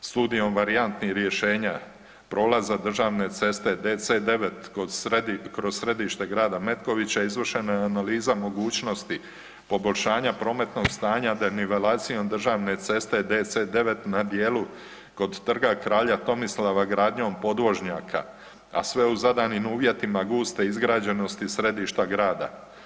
Studijom varijantnih rješenja prolaza državne ceste DC-9 kroz središte grada Metkovića izvršeno je analiza mogućnosti poboljšanja prometnog stanja denivelacijom državne ceste DC-9 na dijelu kod Trga kralja Tomislava gradnjom podvožnjaka, a sve u zadanim uvjetima guste izgrađenosti središta grada.